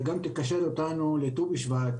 שתקשר אותנו לכלכלה ותקשר אותנו גם לט"ו בשבט,